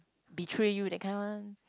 betray you that kind one